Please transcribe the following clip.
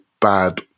bad